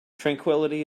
tranquillity